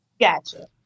Gotcha